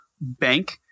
bank